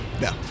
No